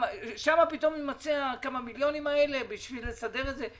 שם יימצאו הכמה מיליונים האלה בשביל לסדר את זה?